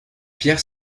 pierre